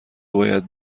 باید